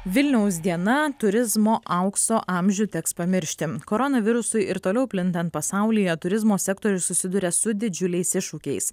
vilniaus diena turizmo aukso amžių teks pamiršti koronavirusui ir toliau plintant pasaulyje turizmo sektorius susiduria su didžiuliais iššūkiais